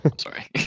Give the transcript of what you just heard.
Sorry